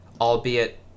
albeit